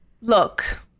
look